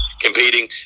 competing